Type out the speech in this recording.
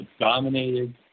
dominated